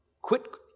Quit